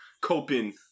coping